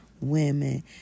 women